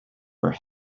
for